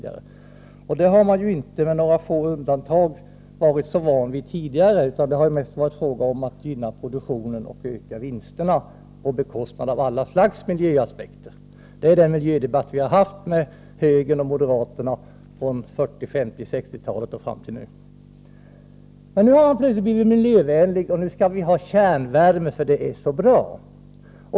Detta har man inte — med några få undantag -— varit så van vid tidigare, utan det har mest varit fråga om att gynna produktionen och öka vinsterna, på bekostnad av alla slags miljöaspekter; det är den miljödebatt som vi har haft med högern och moderaterna från 1940-talet och fram till nu. Men nu har moderaterna plötsligt blivit miljövänliga, och nu skall vi ha kärnvärme, för det är så bra.